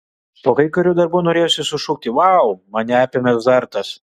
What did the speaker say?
po kai kurių darbų norėjosi sušukti vau mane apėmė azartas